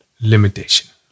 limitation